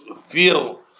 feel